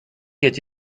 get